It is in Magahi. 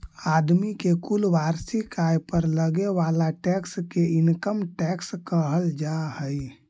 आदमी के कुल वार्षिक आय पर लगे वाला टैक्स के इनकम टैक्स कहल जा हई